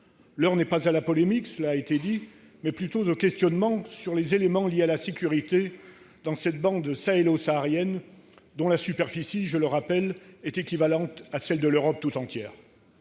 L'heure n'est pas à la polémique, comme cela vient d'être dit, mais plutôt aux questionnements sur les éléments liés à la sécurité dans cette bande sahélo-saharienne, dont la superficie, je le rappelle, est équivalente à celle de l'Europe. Je